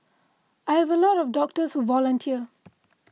I have a lot of doctors who volunteer